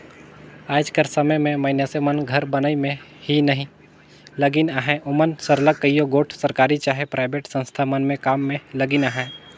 आएज कर समे में मइनसे मन घर बनई में ही नी लगिन अहें ओमन सरलग कइयो गोट सरकारी चहे पराइबेट संस्था मन में काम में लगिन अहें